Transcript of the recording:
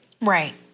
Right